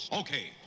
okay